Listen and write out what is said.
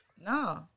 No